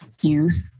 youth